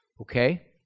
Okay